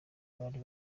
bari